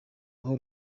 aho